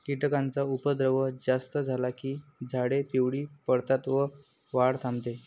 कीटकांचा उपद्रव जास्त झाला की झाडे पिवळी पडतात व वाढ थांबते